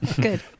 Good